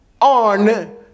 on